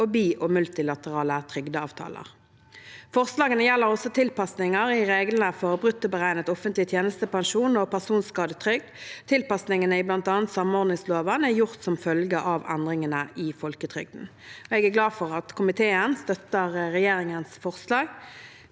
og bi- og multilaterale trygdeavtaler. Forslagene gjelder også tilpasninger i reglene for bruttoberegnet offentlig tjenestepensjon og personskadetrygd. Tilpasningene i bl.a. samordningsloven er gjort som følge av endringene i folketrygden. Jeg er glad for at komiteen støtter regjeringens forslag.